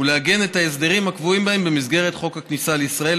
ולעגן את ההסדרים הקבועים בהן במסגרת חוק הכניסה לישראל,